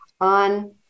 on